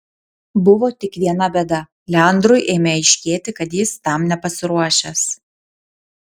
buvo tik viena bėda leandrui ėmė aiškėti kad jis tam nepasiruošęs